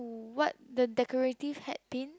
what the decorative hat pin